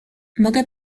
mogę